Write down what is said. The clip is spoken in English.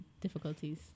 difficulties